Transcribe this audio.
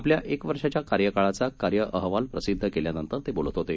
आपल्या एक वर्षाचा कार्यकाळाचा कार्य अहवाल प्रसिद्ध केल्या नंतर ते बोलत होते